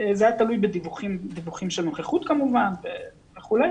זה היה תלוי בדיווחים של נוכחות כמובן וכולי,